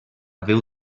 veu